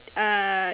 uh